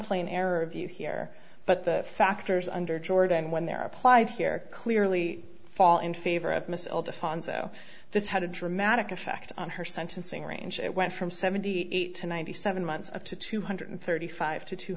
plain error view here but the factors under jordan when they're applied here clearly fall in favor of missile to fonzo this had a dramatic effect on her sentencing range it went from seventy eight to ninety seven months up to two hundred thirty five to two